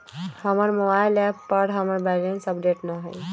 हमर mobile app पर हमर बैलेंस अपडेट न हई